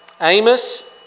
Amos